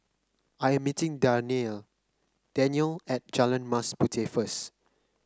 I am meeting Danyelle Danyelle at Jalan Mas Puteh first